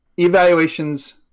Evaluations